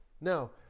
Now